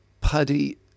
paddy